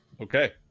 okay